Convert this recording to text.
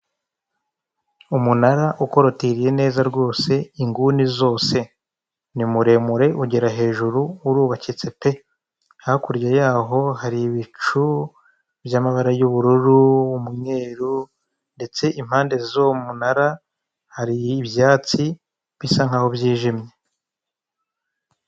Umunara ukorotiriye neza rwose inguni zose, ni muremure ugera hejuru ururubakitse pe! Hakurya yaho hari ibicu by'amabara y'ubururu umweru ndetse impande zuwo munara hari ibyatsi bisa nkaho byijimye.